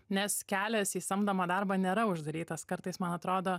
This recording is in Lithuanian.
nes kelias į samdomą darbą nėra uždarytas kartais man atrodo